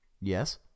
Yes